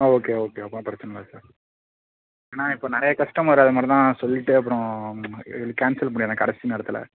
ஆ okay okay அப்போன்னா பிரச்சினல்ல sir ஏன்னால் இப்போ நிறைய கஸ்டமர் அது மாதிரி தான் சொல்லிகிட்டு அப்புறோம் கேன்சல் பண்ணிட்டுறாங்க கடைசி நேரத்தில்